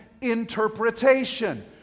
interpretation